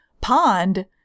pond